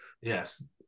Yes